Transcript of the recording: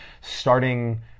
Starting